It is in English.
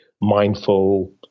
mindful